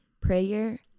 Prayer